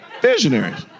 Visionaries